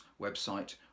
website